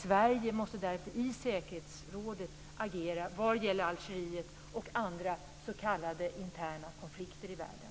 Sverige måste därför agera i säkerhetsrådet vad gäller Algeriet och andra så kallade interna konflikter i världen.